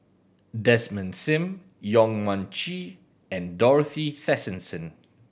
Desmond Sim Yong Mun Chee and Dorothy Tessensohn